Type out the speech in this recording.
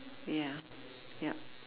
ya yup